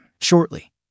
Shortly